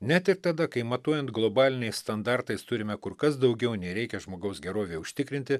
net ir tada kai matuojant globaliniais standartais turime kur kas daugiau nei reikia žmogaus gerovei užtikrinti